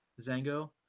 zango